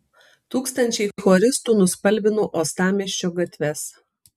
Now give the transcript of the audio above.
tūkstančiai choristų nuspalvino uostamiesčio gatves